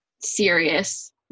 serious